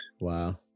Wow